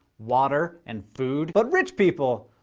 water, and food. but rich people,